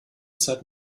zeit